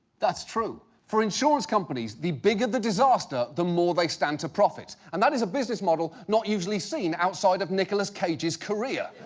that's true. for insurance companies, the bigger the disaster, the more they stand to profit. and that is a business model not usually seen outside of nicholas cage's career.